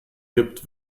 gibt